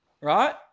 Right